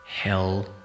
Hell